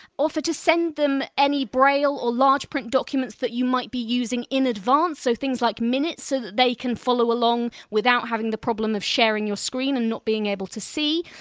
offer to send them any braille or large print documents that you might be using in advance, so things like minutes, so that they can follow along without having the problem of sharing your screen and not being able to see.